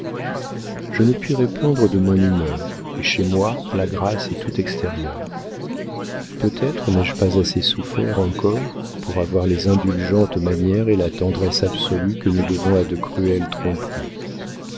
je ne puis répondre de mon humeur et chez moi la grâce est tout extérieure peut-être n'ai-je pas assez souffert encore pour avoir les indulgentes manières et la tendresse absolue que nous devons à de cruelles